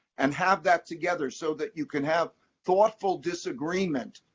and have that together, so that you can have thoughtful disagreement.